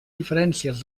diferències